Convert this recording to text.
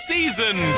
Season